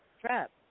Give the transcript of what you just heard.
Trap